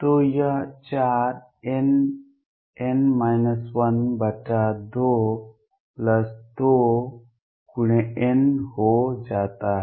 तो यह 4nn 122×n हो जाता है